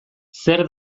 zer